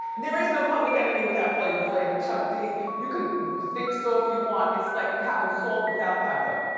there is no public enemy without flavor flav and chuck d, you can think so if you want, it's like having salt without pepa.